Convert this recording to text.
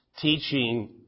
teaching